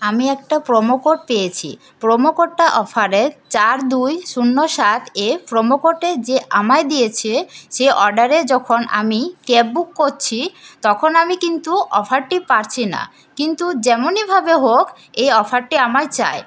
আমি একটা promo code পেয়েছি প্রোমো কোডটা অফারের চার দুই শূন্য সাত এ প্রোমো কোডের যে আমায় দিয়েছে সে অর্ডারে যখন আমি ক্যাব বুক করছি তখন আমি কিন্তু অফারটি পারছি না কিন্তু যেমনিভাবে হোক এ অফারটি আমার চাই